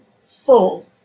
full